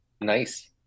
Nice